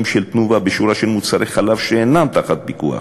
של "תנובה" בשורה של מוצרי חלב שאינם תחת פיקוח,